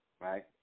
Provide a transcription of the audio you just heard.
right